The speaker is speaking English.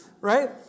right